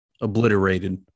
obliterated